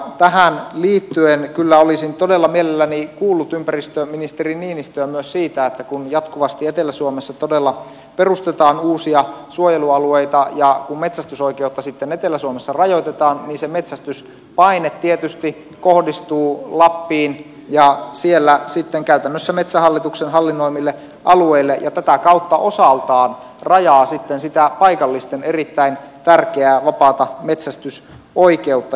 tähän liittyen kyllä olisin todella mielelläni kuullut ympäristöministeri niinistöä myös siitä että kun jatkuvasti etelä suomessa todella perustetaan uusia suojelualueita ja kun metsästysoikeutta sitten etelä suomessa rajoitetaan niin se metsästyspaine tietysti kohdistuu lappiin ja siellä käytännössä metsähallituksen hallinnoimille alueille ja tätä kautta osaltaan rajaa sitä paikallisten erittäin tärkeää vapaata metsästysoikeutta